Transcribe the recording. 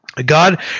God